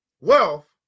Wealth